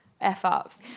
F-ups